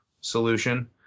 solution